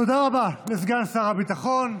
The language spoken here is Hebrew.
תודה רבה לסגן שר הביטחון.